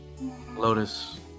Lotus